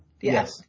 Yes